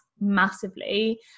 massively